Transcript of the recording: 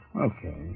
Okay